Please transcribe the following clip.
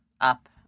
up